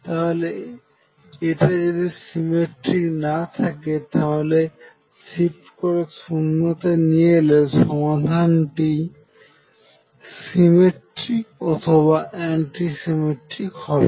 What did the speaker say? তাহলে এটা যদি সিমেট্রিক না থাকে তাহলে শিফট করে 0 তে নিয়ে এলে সমাধানটি সিমেট্রিক অথবা অ্যান্টি সিমেট্রিক হবে